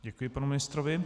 Děkuji panu ministrovi.